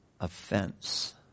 offense